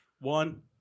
one